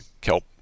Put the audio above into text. Kelp